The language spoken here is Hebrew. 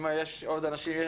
אם יש עוד אנשים,